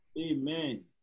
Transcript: Amen